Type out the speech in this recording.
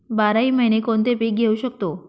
बाराही महिने कोणते पीक घेवू शकतो?